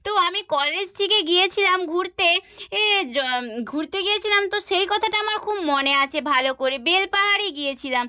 তো আমি কলেজ থেকে গিয়েছিলাম ঘুরতে এ ঘুরতে গিয়েছিলাম তো সেই কথাটা আমার খুব মনে আছে ভালো করে বেলপাহাড়ি গিয়েছিলাম